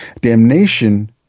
Damnation